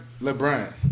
LeBron